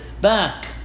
back